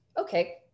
Okay